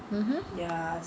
mmhmm